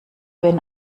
wenn